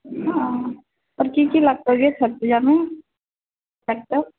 तब की की लगतौ गे छठ पूजामे लगतौ